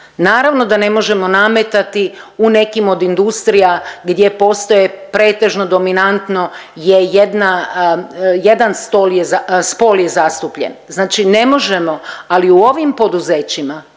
naravno da ne možemo nametati u nekim od industrija gdje postoje pretežno dominantno je jedna, jedan spol je zastupljen znači ne možemo, ali u ovim poduzećima